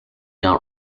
not